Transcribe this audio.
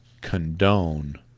condone